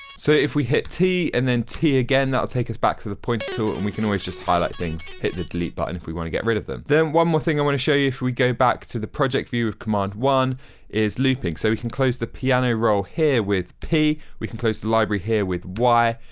so, if we hit t and then t again that'll take us back to the pointer tool and we can just always highlight things hit the delete button if we want to get rid of them. then one more thing i want to show you if we go back to the project view of command one is looping. so, we can close the piano roll here with p. we can close the library here with y,